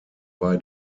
bei